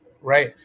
Right